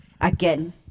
again